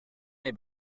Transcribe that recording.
les